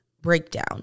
breakdown